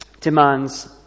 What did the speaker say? demands